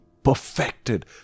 perfected